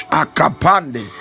akapande